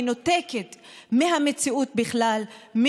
אתה שולף,